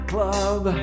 club